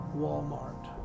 walmart